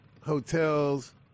hotels